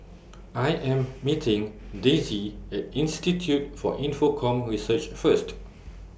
I Am meeting Dayse At Institute For Infocomm Research First